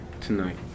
tonight